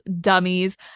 dummies